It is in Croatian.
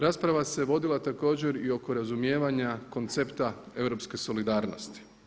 Rasprava se vodila također i oko razumijevanja koncepta europske solidarnosti.